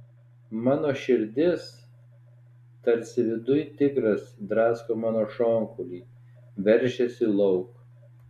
mano širdis tarsi viduj tigras drasko mano šonkaulį veržiasi lauk